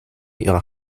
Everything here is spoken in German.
ihrer